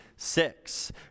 Six